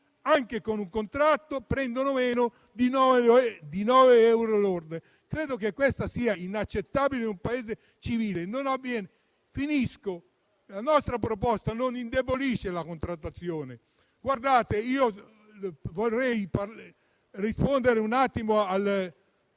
anche con un contratto, prendono meno di 9 euro lordi. Credo che questo sia inaccettabile in un Paese civile. Concludendo, la nostra proposta non indebolisce la contrattazione. Vorrei rispondere al